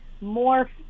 more